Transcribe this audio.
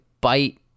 bite